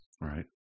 Right